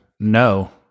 No